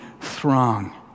throng